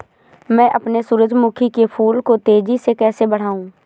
मैं अपने सूरजमुखी के फूल को तेजी से कैसे बढाऊं?